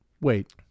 Wait